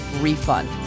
refund